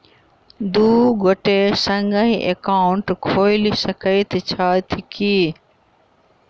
दु गोटे संगहि एकाउन्ट खोलि सकैत छथि की?